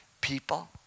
people